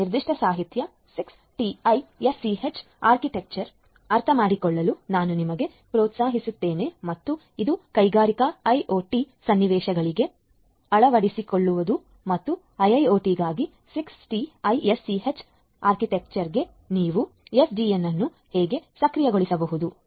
ಈ ನಿರ್ದಿಷ್ಟ ಸಾಹಿತ್ಯವು 6TiSCH ವಾಸ್ತುಶಿಲ್ಪವನ್ನು ಅರ್ಥಮಾಡಿಕೊಳ್ಳಲು ನಾನು ನಿಮ್ಮನ್ನು ಪ್ರೋತ್ಸಾಹಿಸುತ್ತೇನೆ ಮತ್ತು ಇದು ಕೈಗಾರಿಕಾ ಐಒಟಿ ಸನ್ನಿವೇಶಗಳಿಗೆ ಅಳವಡಿಸಿಕೊಳ್ಳುವುದು ಮತ್ತು IIoT ಗಾಗಿ 6TiSCH ವಾಸ್ತುಶಿಲ್ಪಕ್ಕಾಗಿ ನೀವು SDN ಅನ್ನು ಹೇಗೆ ಸಕ್ರಿಯಗೊಳಿಸಬಹುದು